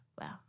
wow